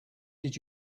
did